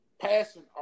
passing